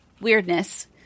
weirdness